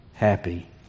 Happy